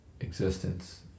existence